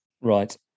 Right